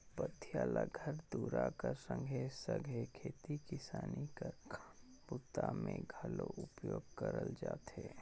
पथिया ल घर दूरा कर संघे सघे खेती किसानी कर काम बूता मे घलो उपयोग करल जाथे